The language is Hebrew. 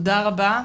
תודה רבה.